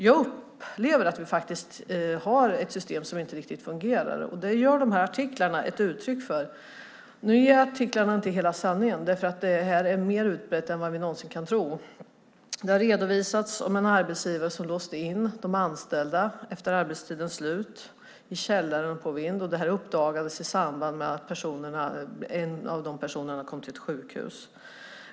Jag upplever att vi har ett system som inte riktigt fungerar. Det ger dessa artiklar uttryck för. Men artiklarna ger inte hela sanningen, eftersom detta är mer utbrett än vi någonsin kan tro. Det har redovisats om en arbetsgivare som efter arbetstidens slut låste in de anställda i källare och på vind. Det uppdagades i samband med att en av de personerna kom till ett sjukhus.